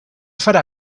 farà